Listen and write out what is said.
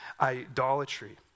idolatry